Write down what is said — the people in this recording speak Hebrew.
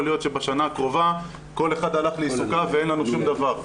להיות שבשנה הקרובה כל אחד הלך לעיסוקיו ואין לנו שום דבר,